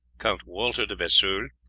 count walter de vesoul,